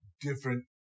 different